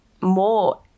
more